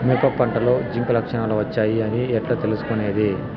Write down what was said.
మిరప పంటలో జింక్ లక్షణాలు వచ్చాయి అని ఎట్లా తెలుసుకొనేది?